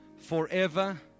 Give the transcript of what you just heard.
forever